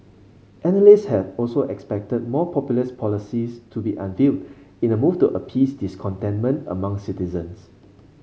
analysts had also expected more populist policies to be unveiled in a move to appease discontentment among citizens